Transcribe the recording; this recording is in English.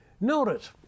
Notice